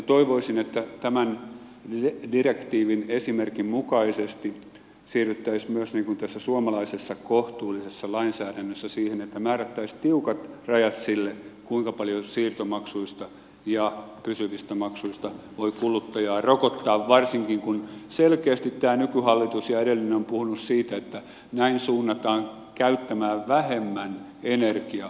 toivoisin että tämän direktiivin esimerkin mukaisesti siirryttäisiin myös tässä suomalaisessa kohtuullisessa lainsäädännössä siihen että määrättäisiin tiukat rajat sille kuinka paljon siirtomaksuista ja pysyvistä maksuista voi kuluttajaa rokottaa varsinkin kun selkeästi tämä nykyhallitus ja edellinen ovat puhuneet siitä että näin suunnataan käyttämään vähemmän energiaa